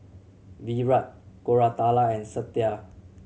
Virat Koratala and Satya